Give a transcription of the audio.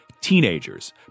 Teenagers